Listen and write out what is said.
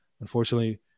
unfortunately